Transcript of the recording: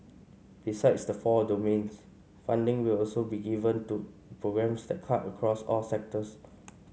besides the four domains funding will also be given to programmes that cut across all sectors